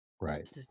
right